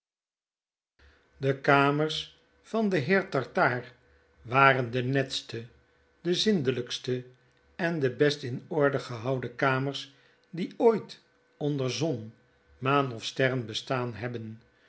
de kamers van den heer tartaar waren de netste de zindelijkste en de best in orde gehouden kamers die ooit onder zon maan of sterren bestaan hebben